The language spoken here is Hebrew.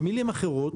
במילים אחרות,